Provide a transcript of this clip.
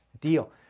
deal